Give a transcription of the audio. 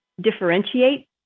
differentiate